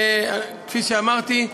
כפי שאמרתי,